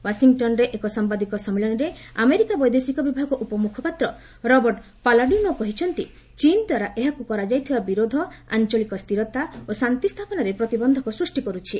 ୱାଶିଂଟନ୍ରେ ଏକ ସାମ୍ଭାଦିକ ସମ୍ମିଳନୀରେ ଆମେରିକା ବୈଦେଶିକ ବିଭାଗ ଉପମୁଖପାତ୍ର ରବର୍ଟ ପାଲାଡିନୋ କହିଛନ୍ତି ଚୀନ୍ଦ୍ୱାରା ଏହାକୁ କରାଯାଇଥିବା ବିରୋଧ ଆଞ୍ଚଳିକ ସ୍ଥିରତା ଓ ଶାନ୍ତି ସ୍ଥାପନରେ ପ୍ରତିବନ୍ଧକ ସ୍କୃଷ୍ଟି କରୁଛି